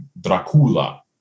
Dracula